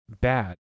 bad